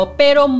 pero